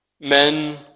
men